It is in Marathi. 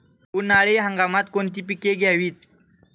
उन्हाळी हंगामात कोणती पिके घ्यावीत?